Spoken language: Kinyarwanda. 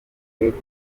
kabiri